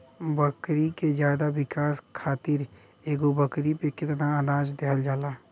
बकरी के ज्यादा विकास खातिर एगो बकरी पे कितना अनाज देहल जाला?